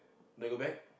then go back